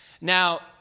Now